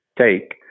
take